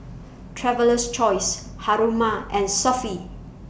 Traveler's Choice Haruma and Sofy